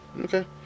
Okay